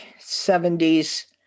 70s